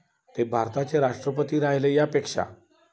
हे भारताचे राष्ट्रपती राहिले यापेक्षा